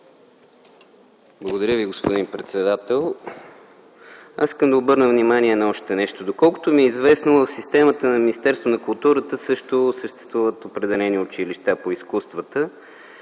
Благодаря, господин председател. Ще обърна внимание на още нещо. Доколкото ми е известно, в системата на Министерството на културата също има определени училища по изкуствата.